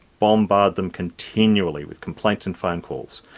bombard them continually with complaints and phone calls.